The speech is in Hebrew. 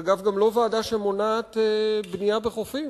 אגב, היא גם לא ועדה שמונעת בנייה בחופים.